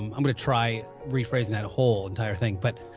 i'm gonna try rephrasing that whole entire thing but